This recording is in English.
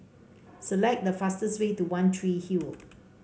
select the fastest way to One Tree Hill